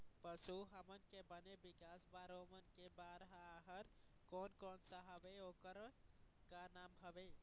पशु हमन के बने विकास बार ओमन के बार आहार कोन कौन सा हवे अऊ ओकर का नाम हवे?